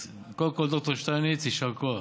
אז קודם כול, ד"ר שטייניץ, יישר כוח.